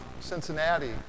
Cincinnati